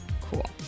Cool